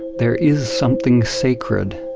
there is something sacred,